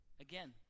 Again